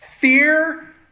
Fear